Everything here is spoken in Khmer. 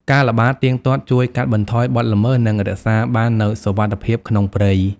ការល្បាតទៀងទាត់ជួយកាត់បន្ថយបទល្មើស និងរក្សាបាននូវសុវត្ថិភាពក្នុងព្រៃ។